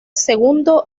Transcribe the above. segundo